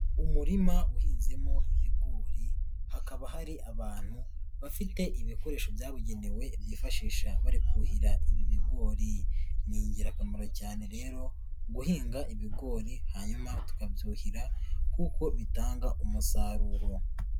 Umurima uhinzemo ibigori, hakaba hari abantu bafite ibikoresho byabugenewe bifashisha barikuhira ibigori. Ni ingirakamaro cyane rero guhinga ibigori hanyuma tukabyuhira kuko bitanga umusaruro.